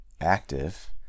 active